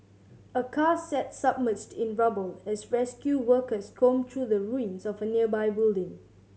a car sat submerged in rubble as rescue workers combed through the ruins of a nearby building